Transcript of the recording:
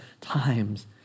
times